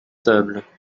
tables